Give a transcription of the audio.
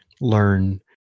learn